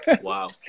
wow